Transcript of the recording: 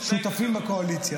מתנהגים שותפים בקואליציה.